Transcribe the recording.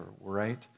right